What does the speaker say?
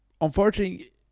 unfortunately